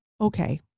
okay